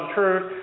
truth